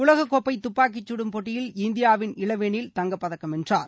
உலக கோப்பை துப்பாக்கிச் சுடும் போட்டியில் இந்தியாவின் இளவேனில் தங்கப்பதக்கம் வென்றார்